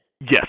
Yes